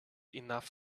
enough